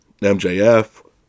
MJF